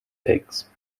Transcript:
pigs